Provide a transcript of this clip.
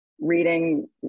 reading